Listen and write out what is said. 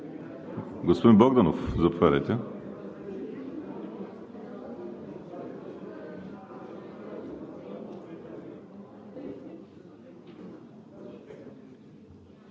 Господин Богданов, заповядайте.